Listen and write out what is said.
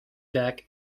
deck